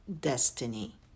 destiny